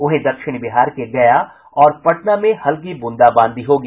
वहीं दक्षिण बिहार के गया और पटना में हल्की बूंदाबांदी होगी